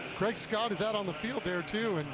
craig scott is out on the field there too. and